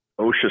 OSHA